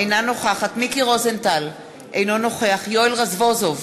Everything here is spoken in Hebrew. אינה נוכחת מיקי רוזנטל, אינו נוכח יואל רזבוזוב,